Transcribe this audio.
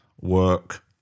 work